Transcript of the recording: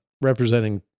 representing